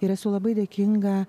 ir esu labai dėkinga